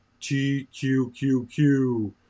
TQQQ